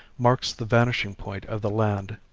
marks the vanishing-point of the land.